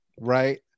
right